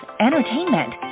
entertainment